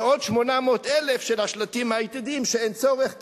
ועוד 800,000 של השלטים העתידיים שאין צורך בהם,